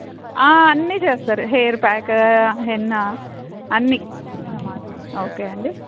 అన్నీ చేస్తారు hair pack henna అన్నీ ఓకే అండి